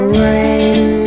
rain